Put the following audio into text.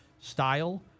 style